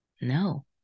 no